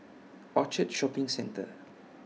Orchard Shopping Centre